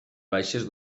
baixes